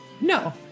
No